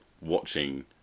watching